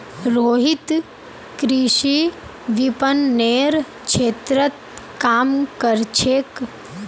रोहित कृषि विपणनेर क्षेत्रत काम कर छेक